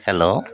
hello